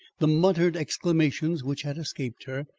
the muttered exclamations which had escaped her,